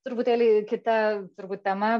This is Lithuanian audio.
truputėlį kita turbūt tema